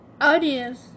audience